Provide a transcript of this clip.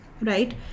Right